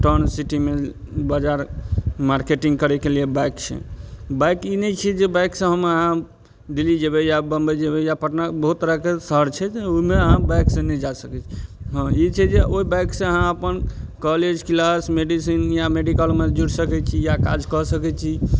town सिटीमे बजार marketing करयके लिये बाइक छै बाइक ई नहि छै जे बाइकसँ हम अहाँ दिल्ली जेबय या बम्बइ जेबय या पटना बहुत तरहके शहर छै ओइमे अहाँ बाइकसँ नहि जा सकय छी हँ ई छै जे ओइ बाइकसँ अहाँ अपन कॉलेज क्लास मेडिसिन या मेडिकलमे जुड़ि सकय छी या काज कऽ सकय छी